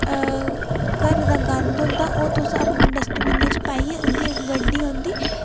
घरे दा गंद होंदा ओह् तुस अपने डस्टबीना च पाइये उंदी इक गड्डी आंदी